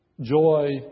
joy